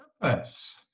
Purpose